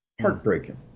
Heartbreaking